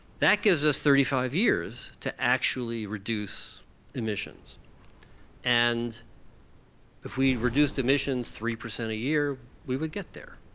that gives us thirty five years to actually reduce emissions and if we reduce emissions three percent a year, we would get there.